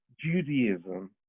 Judaism